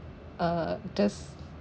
uh just